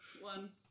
one